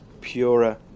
purer